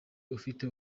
ufite